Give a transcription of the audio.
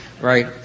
right